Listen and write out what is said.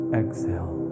exhale